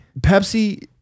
Pepsi